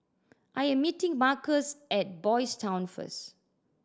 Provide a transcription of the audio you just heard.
I am meeting Marcus at Boys' Town first